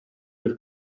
bir